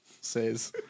says